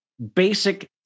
basic